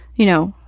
you know,